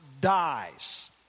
dies